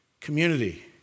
community